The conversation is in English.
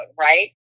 right